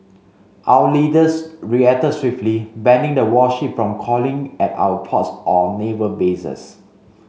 our leaders reacted swiftly banning the warship from calling at our ports or naval bases